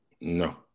No